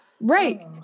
Right